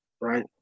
right